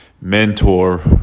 mentor